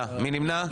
מי נמנע?